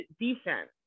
defense